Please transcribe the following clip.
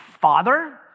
Father